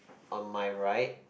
on my right